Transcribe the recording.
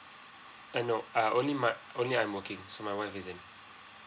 err no uh only my only I'm okay so my wife isn't